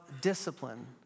discipline